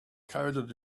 coded